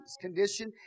condition